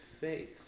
faith